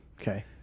Okay